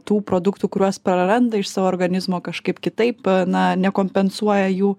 tų produktų kuriuos praranda iš savo organizmo kažkaip kitaip na nekompensuoja jų